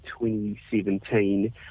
2017